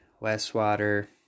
Westwater